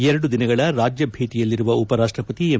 ಎರಡು ದಿನಗಳ ರಾಜ್ಯ ಭೇಟಿಯಲ್ಲಿರುವ ಉಪರಾಷ್ಟಪತಿ ಎಂ